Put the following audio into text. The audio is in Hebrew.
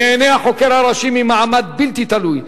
ייהנה החוקר הראשי ממעמד בלתי תלוי,